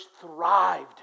thrived